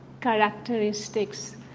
characteristics